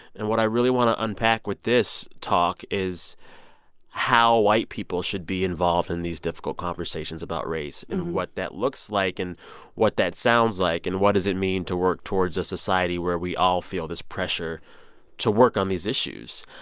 and what i really want to unpack with this talk is how white people should be involved in these difficult conversations about race and what that looks like and what that sounds like. and what does it mean to work towards a society where we all feel this pressure to work on these issues?